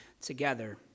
together